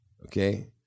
okay